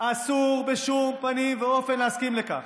אסור בשום פנים ואופן להסכים לכך,